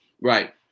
Right